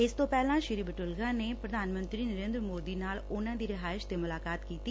ਇਸ ਤੋਂ ਪਹਿਲਾਂ ਸ੍ਰੀ ਬਟੁਲਗਾ ਨੇ ਪ੍ਰਧਾਨ ਮੰਤਰੀ ਨਰੇ ਂਦਰ ਮੋਦੀ ਨਾਲ ਉਨਾਂ ਦੀ ਰਿਹਾਇਸ਼ ਤੇ ਮੁਲਾਕਾਤ ਕੀਤੀ